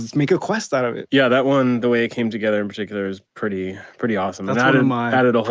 make a quest out of it yeah, that one the way it came together in particular is pretty pretty awesome and that in my edit.